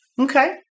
Okay